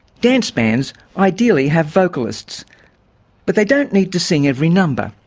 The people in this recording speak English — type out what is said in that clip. dance bands ideally have vocalists but they don't need to sing every number.